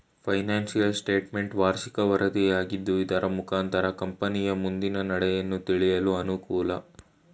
financial statement ವಾರ್ಷಿಕ ವರದಿಯಾಗಿದ್ದು ಇದರ ಮುಖಾಂತರ ಕಂಪನಿಯ ಮುಂದಿನ ನಡೆಯನ್ನು ತಿಳಿಯಲು ಅನುಕೂಲ